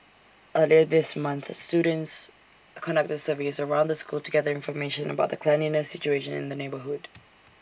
earlier this month these students conducted surveys around the school to gather information about the cleanliness situation in the neighbourhood